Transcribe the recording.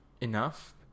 enough